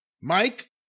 mike